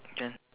can